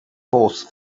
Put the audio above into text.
force